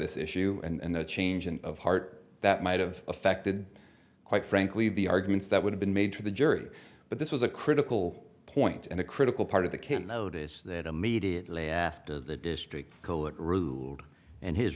this issue and the changing of heart that might have affected quite frankly the arguments that would have been made to the jury but this was a critical point and a critical part of the can't notice that immediately after the district court ruled and his